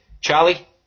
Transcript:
Charlie